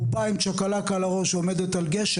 בובה עם צ'קלקה על הראש שעומדת על גשר,